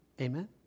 Amen